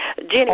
Jenny